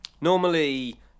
normally